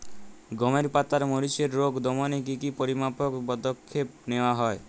গমের পাতার মরিচের রোগ দমনে কি কি পরিমাপক পদক্ষেপ নেওয়া হয়?